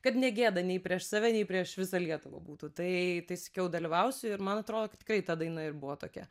kad ne gėda nei prieš save nei prieš visą lietuvą būtų tai tai sakiau dalyvausiu ir man atrodo kad tikrai ta daina ir buvo tokia